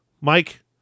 mike